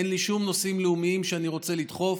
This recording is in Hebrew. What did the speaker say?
אין לי שום נושאים לאומיים שאני רוצה לדחוף.